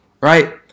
Right